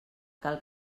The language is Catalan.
cal